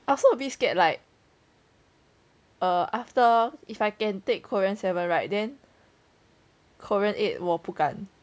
I also a bit scared like err after if I can take korean seven right then korean eight 我不敢